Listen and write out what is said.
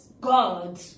God